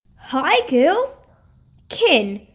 hi girls ken,